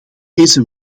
deze